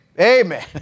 Amen